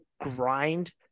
grind